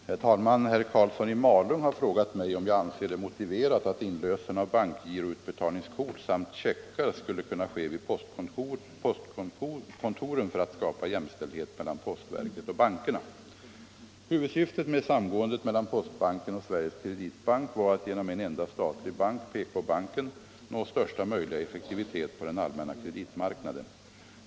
Herr talman! Herr Karlsson i Malung har fråga mig om jag anser det motiverat att inlösen av bankgiroutbetalningskort samt checkar skulle kunna ske vid postkontoren för att skapa jämställdhet mellan postverket och bankerna. Huvudsyftet med samgåendet mellan postbanken och Sveriges Kreditbank var att genom en enda statlig bank, PK-banken, nå största möjliga effektivitet på den allmänna kreditmarknaden.